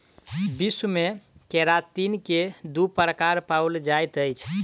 विश्व मे केरातिन के दू प्रकार पाओल जाइत अछि